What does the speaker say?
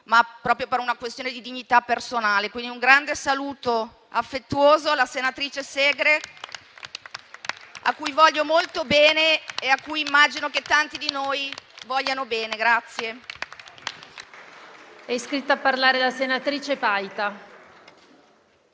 ma proprio per una questione di dignità personale. Quindi un grande saluto affettuoso alla senatrice Segre, a cui voglio molto bene e a cui immagino che tanti di noi vogliano bene.